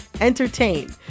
entertain